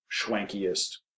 schwankiest